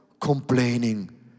complaining